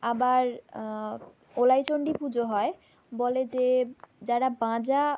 আবার ওলাই চন্ডী পুজো হয় বলে যে যারা বাঁজা